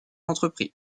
entrepris